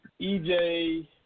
EJ